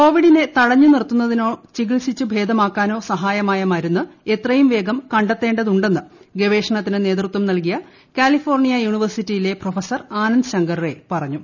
കോവിഡിനെ തടഞ്ഞു നിർത്തുന്നതിനോ ചികിത്സിച്ചു ഭേദമാക്കാനോ സഹായകമായ മരുന്ന് എത്രയും വേഗം കണ്ടെത്തേണ്ടതുണ്ടെന്ന് ഗവേഷണത്തിന് നേതൃത്വം നൽകിയ കാലിഫോർണിയ യൂണിവേഴ്സിറ്റിയിലെ പ്രൊഫസർ ആനന്ദ് ശങ്കർ റേ പറഞ്ഞു